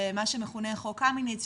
שמה שמכונה חוק קמיניץ,